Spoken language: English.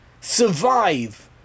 survive